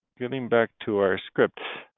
getting back to our script.